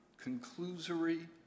conclusory